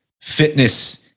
fitness